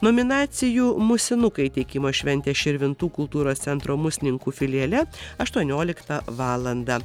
nominacijų musinukai įteikimo šventė širvintų kultūros centro musninkų filiale aštuonioliktą valandą